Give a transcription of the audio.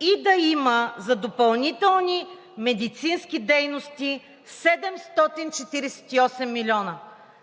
и да има за допълнителни медицински дейности 748 милиона,